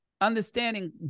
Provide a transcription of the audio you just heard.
understanding